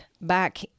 back